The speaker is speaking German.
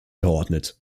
geordnet